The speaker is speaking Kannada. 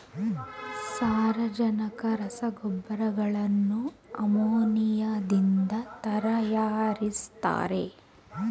ಸಾರಜನಕ ರಸಗೊಬ್ಬರಗಳನ್ನು ಅಮೋನಿಯಾದಿಂದ ತರಯಾರಿಸ್ತರೆ